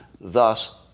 Thus